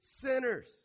sinners